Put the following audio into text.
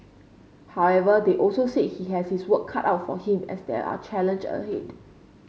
however they also said he has his work cut out for him as there are challenge ahead